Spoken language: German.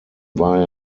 war